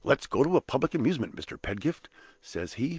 let's go to a public amusement, mr. pedgift says he.